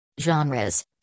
Genres